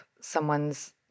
someone's